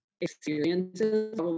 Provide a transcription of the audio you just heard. experiences